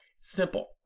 simple